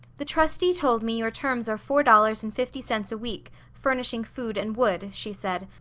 the trustee told me your terms are four dollars and fifty cents a week, furnishing food and wood, she said,